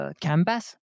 canvas